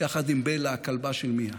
יחד עם בלה, הכלבה של מיאה.